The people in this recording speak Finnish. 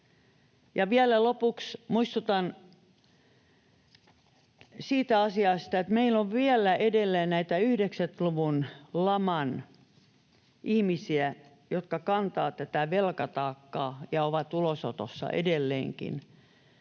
Vielä lopuksi muistutan siitä asiasta, että meillä on edelleen näitä 90-luvun laman ihmisiä, jotka kantavat tätä velkataakkaa ja ovat ulosotossa edelleenkin.